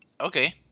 Okay